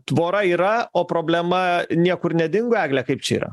tvora yra o problema niekur nedingo egle kaip čia yra